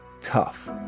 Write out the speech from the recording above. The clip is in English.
tough